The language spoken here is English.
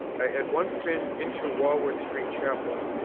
i had once been into warwick street chapel,